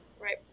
Right